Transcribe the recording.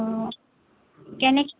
অঁ কেনেকৈ